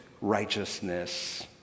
righteousness